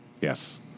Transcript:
Yes